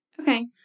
okay